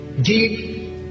deep